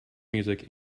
music